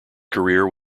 career